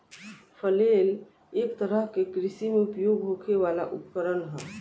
flail एक तरह के कृषि में उपयोग होखे वाला उपकरण ह